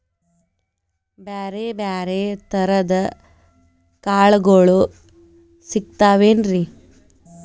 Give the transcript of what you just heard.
ಬ್ಯಾರೆ ಬ್ಯಾರೆ ತರದ್ ಕಾಳಗೊಳು ಸಿಗತಾವೇನ್ರಿ?